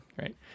Right